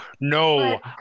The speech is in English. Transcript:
no